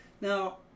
Now